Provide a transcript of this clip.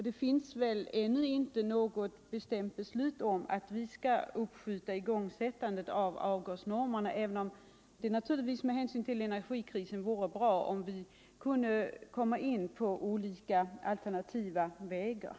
Det finns väl ännu inte något direkt beslut om att vi skall skjuta på ikraftträdandet av de nya avgasnormerna, även om det med hänsyn till energikrisen vore bra om vi kunde gå fram på olika alternativa vägar.